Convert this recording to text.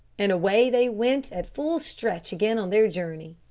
and away they went at full stretch again on their journey.